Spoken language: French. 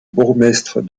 bourgmestre